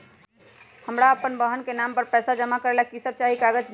हमरा अपन बहन के नाम पर पैसा जमा करे ला कि सब चाहि कागज मे?